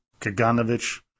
Kaganovich